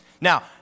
Now